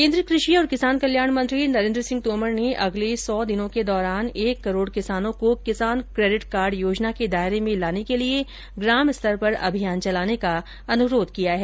केन्द्रीय कृषि और किसान कल्याण मंत्री नरेन्द्र सिंह तोमर ने अगले सौ दिनों के दौरान एक करोड़ किसानों को किसान क्रेडिट कार्ड योजना के दायरे में लाने के लिए ग्रामस्तर पर अभियान चलाने का अन्रोध है